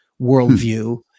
worldview